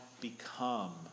become